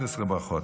בי"א ברכות,